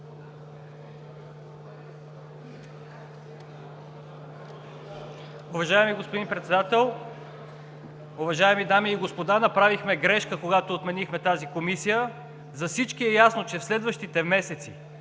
Уважаеми господин Председател, уважаеми дами и господа! Направихме грешка, когато отменихме тази Комисия. За всички е ясно, че в следващите месеци